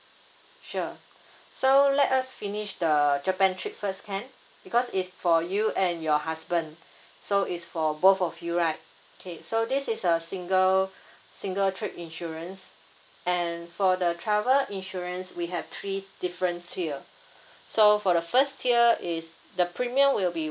sure so let us finish the japan trip first can because it's for you and your husband so is for both of you right okay so this is a single single trip insurance and for the travel insurance we have three different tier so for the first tier is the premium will be